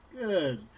good